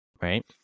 right